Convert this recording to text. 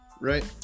right